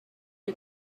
you